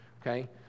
okay